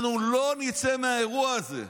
אנחנו לא נצא מהאירוע הזה.